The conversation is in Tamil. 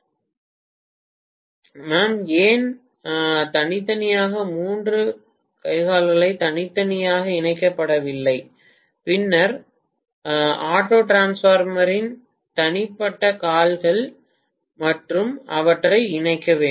மாணவர் மாம் ஏன் 1342 தனித்தனியாக மூன்று கைகால்கள் தனித்தனியாக 1342 இணைக்கப்படவில்லை பின்னர் ஆட்டோ டிரான்ஸ்பார்மரின் தனிப்பட்ட கால்கள் மற்றும் அவற்றை இணைக்க வேண்டும்